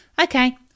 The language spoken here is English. Okay